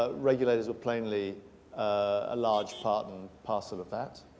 ah regulators were plainly a large part and parcel of that